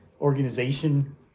organization